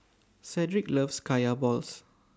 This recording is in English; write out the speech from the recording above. Cedric loves Kaya Balls